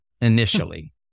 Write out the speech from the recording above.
initially